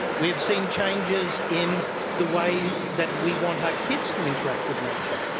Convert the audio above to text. we have seen changes in the way that we want our kids to interact with nature.